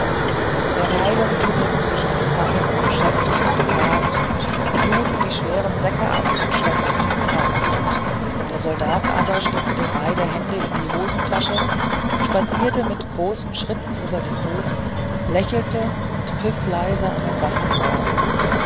derweil tummelten sich die gefangenen geschäftig um den wagen luden die schweren säcke ab und schleppten sie ins haus der soldat aber steckte beide hände in die hosentaschen spazierte mit großen schritten über den hof lächelte und pfiff leise einen gassenhauer